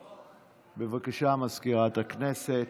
בבקשה, סגנית מזכירת הכנסת.